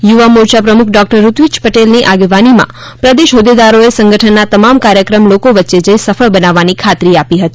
યુવા મોરચા પ્રમુખ ડોક્ટર ઋત્વિજ પટેલની આગેવાનીમાં પ્રદેશ હોદ્દેદારોએ સંગઠનના તમામ કાર્યક્રમ લોકો વચ્ચે જઈ સફળ બનાવવાની ખાતરી આપી હતી